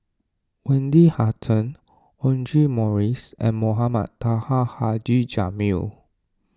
Wendy Hutton Audra Morrices and Mohamed Taha Haji Jamil